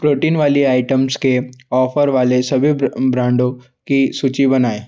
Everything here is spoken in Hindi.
प्रोटीन वाली आइटम्स के ऑफ़र वाले सभी ब्रांडो की सूची बनाएँ